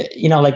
you know, like,